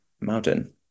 mountain